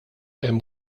hemm